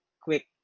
quick